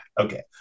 okay